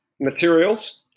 materials